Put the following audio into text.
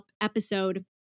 episode